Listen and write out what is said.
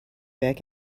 back